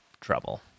trouble